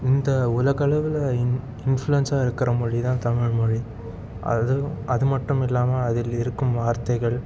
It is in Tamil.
இந்த உலகளவில் இன் இன்ஃப்ளூயன்ஸாக இருக்கிற மொழி தான் தமிழ்மொழி அதுவும் அது மட்டும் இல்லாமல் அதில் இருக்கும் வார்த்தைகள்